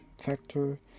factor